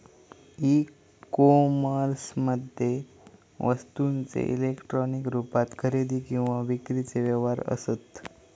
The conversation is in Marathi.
ई कोमर्समध्ये वस्तूंचे इलेक्ट्रॉनिक रुपात खरेदी किंवा विक्रीचे व्यवहार असत